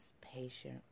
Patient